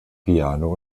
piano